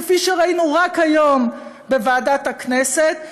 כפי שראינו רק היום בוועדת הכנסת.